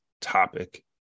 topic